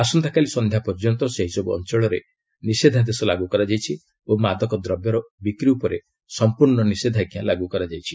ଆସନ୍ତାକାଲି ସନ୍ଧ୍ୟା ପର୍ଯ୍ୟନ୍ତ ସେହିସବୁ ଅଞ୍ଚଳରେ ନିଷେଧାଦେଶ ଲାଗୁ କରାଯାଇଛି ଓ ମାଦକ ଦ୍ରବ୍ୟର ବିକ୍ରି ଉପରେ ସମ୍ପର୍ଣ୍ଣ ନିଷେଧାଜ୍ଞା ଲାଗୁ କରାଯାଇଛି